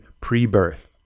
pre-birth